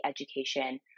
education